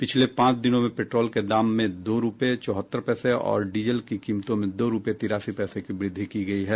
पिछले पांच दिनों में पेट्रोल के दाम में दो रूपये चौहत्तर पैसे और डीजल की कीमतों में दो रूपये तिरासी पैसे की वृद्धि की गयी है